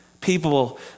people